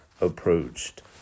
approached